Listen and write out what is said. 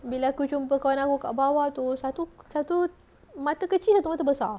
bila aku jumpa kawan aku kat bawah tu satu satu mata kecil satu mata besar